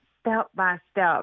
step-by-step